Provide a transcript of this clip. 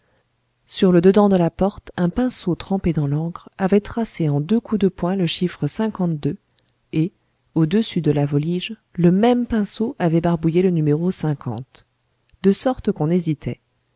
sur le dedans de la porte un pinceau trempé dans l'encre avait tracé en deux coups de poing le chiffre et au-dessus de la volige le même pinceau avait barbouillé le numéro de sorte qu'on hésitait